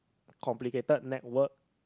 complicated network